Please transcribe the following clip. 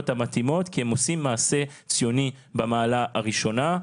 המתאימות כי הם עושים מעשה ציוני במעלה הראשונה.